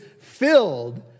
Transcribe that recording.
filled